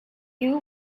you